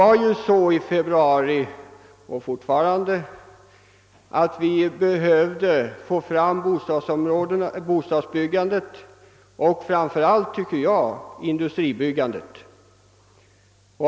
Vi behövde i februari och behöver fortfarande utöka bostadsbyggandet och enligt min mening framför allt industribyggandet.